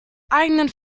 eigenen